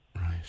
Right